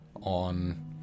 on